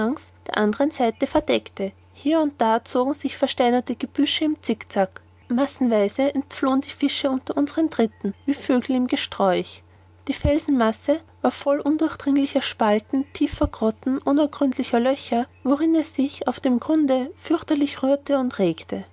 der anderen seite verdeckte hier und da zogen sich versteinerte gebüsche im zickzack massenweise entflohen die fische unter unseren tritten wie vögel im gesträuch die felsenmasse war voll undurchdringlicher spalten tiefer grotten unergründlicher löcher worin es sich auf dem grunde fürchterlich rührte und regte